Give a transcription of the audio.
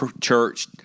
church